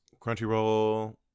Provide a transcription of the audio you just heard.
crunchyroll